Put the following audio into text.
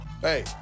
Hey